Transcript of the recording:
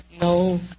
No